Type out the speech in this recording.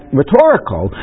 rhetorical